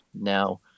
now